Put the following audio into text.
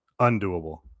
undoable